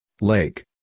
lake